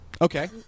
okay